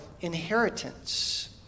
inheritance